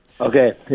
okay